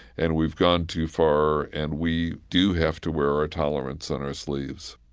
and we've gone too far, and we do have to wear our tolerance on our sleeves